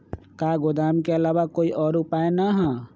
का गोदाम के आलावा कोई और उपाय न ह?